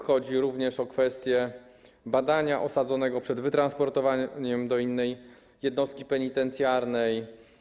Chodzi również o kwestię badania osadzonego przed przetransportowaniem do innej jednostki penitencjarnej.